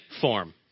form